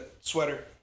sweater